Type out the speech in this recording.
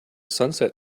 sunset